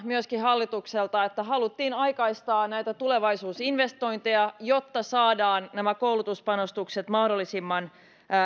hallitukselta että haluttiin aikaistaa näitä tulevaisuusinvestointeja jotta saadaan nämä koulutuspanostukset mahdollisimman